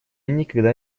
никогда